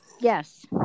Yes